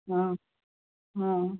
ହଁ ହଁ